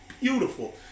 beautiful